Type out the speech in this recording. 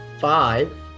five